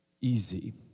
easy